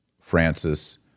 Francis